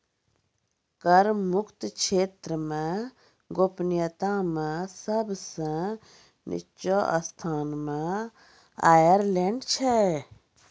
कर मुक्त क्षेत्र मे गोपनीयता मे सब सं निच्चो स्थान मे आयरलैंड छै